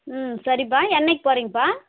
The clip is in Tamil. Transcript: ம் சரிப்பா என்னைக்கு போறிங்கப்பா